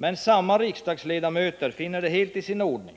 Men samma riksdagsledamöter finner det helt i ordning,